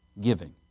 giving